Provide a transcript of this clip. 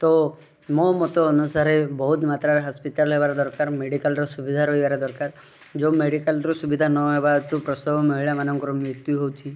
ତ ମୋ ମତ ଅନୁସାରେ ବହୁତ ମାତ୍ରାରେ ହସ୍ପିଟାଲ୍ ହବାର ଦରକାର ମେଡ଼ିକାଲ୍ର ସୁବିଧା ରହିବାର ଦରକାର ଯେଉଁ ମେଡ଼ିକାଲ୍ର ସୁବିଧା ନ ହେବା ହେତୁ ପ୍ରସବ ମହିଳାମାନଙ୍କର ମୃତ୍ୟୁ ହେଉଛି